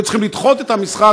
היו צריכים לדחות את המשחק.